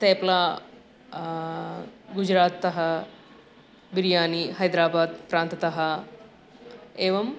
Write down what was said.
तेप्ला गुजरातः बिर्यानि हैद्राबाद् प्रान्ततः एवं